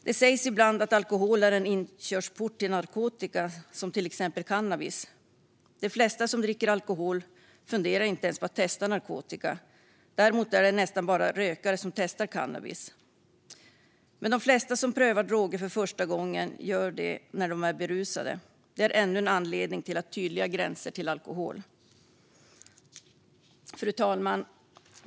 Det sägs ibland att alkohol är en inkörsport till narkotika, till exempel cannabis. De flesta som dricker alkohol funderar inte ens på att testa narkotika. Däremot är det nästan bara rökare som testar cannabis. Men de flesta som prövar droger för första gången gör det när de är berusade. Det är ännu en anledning till att ha tydliga gränser kring alkohol. Fru talman!